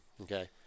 Okay